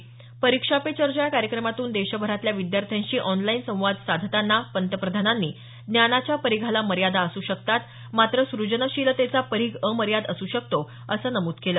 परीक्षा पे चर्चा या कार्यक्रमातून देशभरातल्या विद्यार्थ्यांशी ऑनलाईन संवाद साधताना पंतप्रधानांनी ज्ञानाच्या परीघाला मर्यादा असू शकतात मात्र स्रजनशीलतेचा परीघ अमर्याद असू शकतो असं नमूद केलं